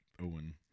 owen